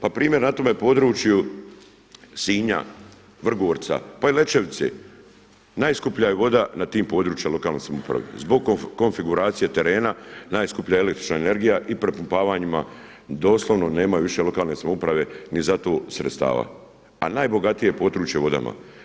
Pa primjer na tome području Sinja, Vrgorca pa i Lećevice najskuplja je voda na tim područjima lokalne samouprave, zbog konfiguracije terena, najskuplja električna energija i prepumpavanjima doslovno nemaju više lokalne samouprave ni za to sredstava, a najbogatije područje vodama.